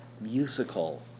musical